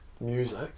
music